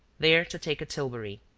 there to take a tilbury.